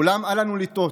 אולם אל לנו לטעות,